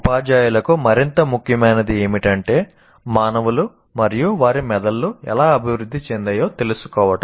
ఉపాధ్యాయులకు మరింత ముఖ్యమైనది ఏమిటంటే మానవులు మరియు వారి మెదళ్ళు ఎలా అభివృద్ధి చెందాయో తెలుసుకోవడం